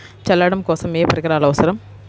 చల్లడం కోసం ఏ పరికరాలు అవసరం?